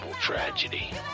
tragedy